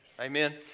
Amen